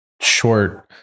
short